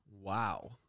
Wow